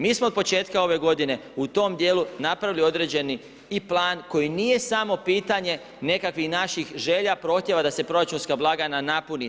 Mi smo od početka ove g. u tom dijelu napravili i određeni plan, koji nije samo pitanje nekakvih naših želja prohtjeva da se proračunska blagajna napuni.